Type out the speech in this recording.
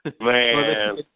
Man